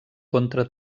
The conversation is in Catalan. contra